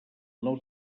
nou